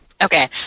Okay